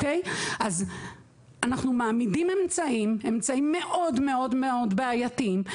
אנחנו מעמידים אמצעים מאוד בעייתיים,